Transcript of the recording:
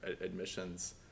admissions